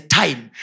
time